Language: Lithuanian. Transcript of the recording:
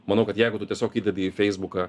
manau kad jeigu tu tiesiog įdedi į feisbuką